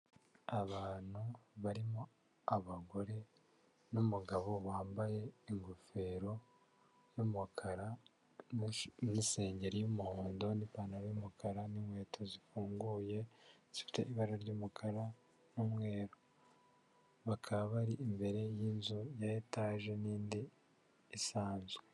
Abantu barimo abagore n'umugabo wambaye ingofero y'umukara, n'isengeri y'umuhondo n'ipantaro y'umukara n'inkweto zifunguye zifite ibara ry'umukara n'umweru, bakaba bari imbere y'inzu ya etaje n'indi isanzwe.